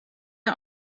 the